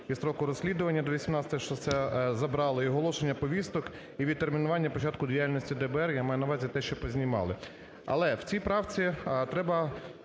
і строку розслідування – до 18, що це забрали, і оголошення повісток, і відтермінування початку діяльності ДБР, я маю на увазі те, що познімали. Але в цій правці треба